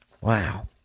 Wow